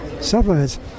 supplements